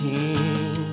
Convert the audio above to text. King